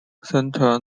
center